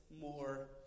more